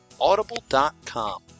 audible.com